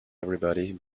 everybody